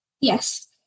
Yes